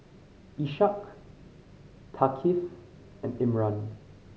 Ishak Thaqif and Imran